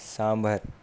sambar